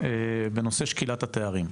בנושא שקילת התארים.